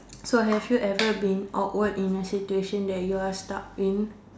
so have you ever been awkward in a situation that you were stuck in